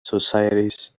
societies